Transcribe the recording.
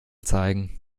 zeigen